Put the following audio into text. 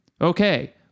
Okay